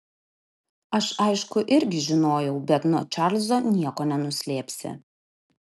aš aišku irgi žinojau bet nuo čarlzo nieko nenuslėpsi